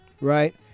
right